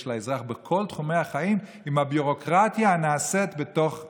לאזרח בכל תחומי החיים עם הביורוקרטיה הנעשית בתוך החוק.